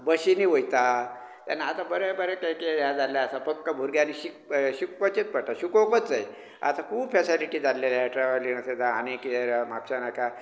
बशिंनीं वयता तेन्ना आतां बरें बरें हें जाल्लें आसा फक्त भुरग्यांनी शिकप् शिकापाचेंत पडटा शिकोकूत जाय आतां खूब फॅसॅलिटीं जाल्ल्यो आहा ट्रॅवलींग आसा जावं आनी कितें म्हापशांत आतां